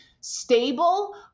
stable